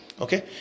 Okay